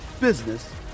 business